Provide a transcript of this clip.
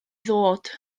ddod